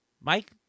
Mike